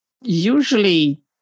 usually